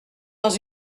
dans